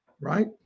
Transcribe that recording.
right